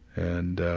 and ah,